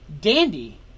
Dandy